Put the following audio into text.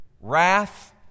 wrath